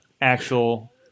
actual